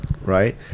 right